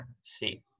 see